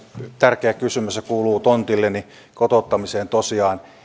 tärkeä kysymys ja se kuuluu tosiaan tontilleni kotouttamiseen